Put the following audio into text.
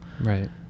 right